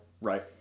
Right